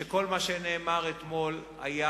שכל מה שנאמר אתמול היה